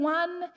one